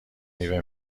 میوه